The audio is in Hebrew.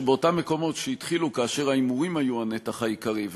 שבאותם מקומות שהתחילו כאשר ההימורים היו הנתח העיקרי,